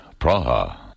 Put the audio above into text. Praha